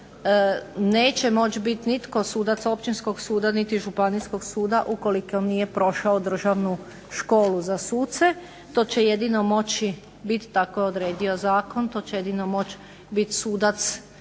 neće moći biti nitko sudac općinskog suda niti županijskog suda ukoliko nije prošao Državnu školu za suce. To će jedino moći biti, tako je odredio zakon, to će jedino moći biti sudac